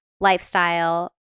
lifestyle